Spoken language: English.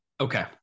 okay